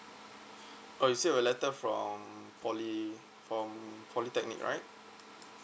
oh you receive a letter from poly from polytechnic right